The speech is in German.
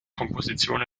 komposition